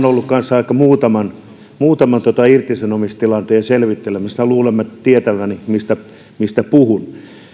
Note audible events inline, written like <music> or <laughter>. <unintelligible> ollut kanssa muutaman muutaman irtisanomistilanteen selvittelemässä niin että luulen tietäväni mistä mistä puhun